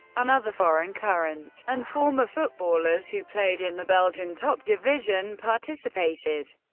and other foreign, current, and former footballers who played in the belgian top division participated.